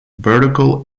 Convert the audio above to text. vertical